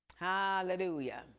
Hallelujah